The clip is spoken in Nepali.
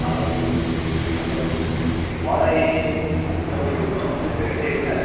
हजुर हजुर मलाई कहिले नेक्स्ट विक छ कि सेमिनार